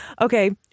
Okay